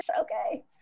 Okay